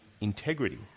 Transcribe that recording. integrity